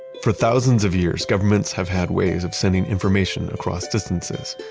for thousands of years, governments have had ways of sending information across distances,